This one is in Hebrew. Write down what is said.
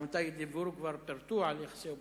שעמיתי כבר פירטו על יחסי אופוזיציה-קואליציה,